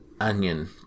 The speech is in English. onion